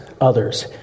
others